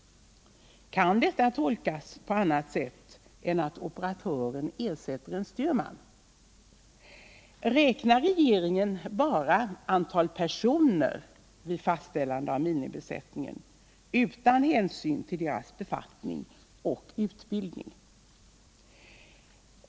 Kan detta tolkas på annat sätt än att operatören ersätter en styrman? Räknar regeringen bara antalet personer vid fastställande av minimibesättning, utan hänsyn till deras befattning och utbildning?